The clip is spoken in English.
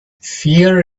fear